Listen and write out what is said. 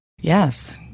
Yes